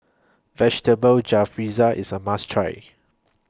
Vegetable Jalfrezi IS A must Try